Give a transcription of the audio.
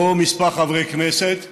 כמה חברי כנסת פה,